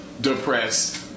depressed